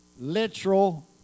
literal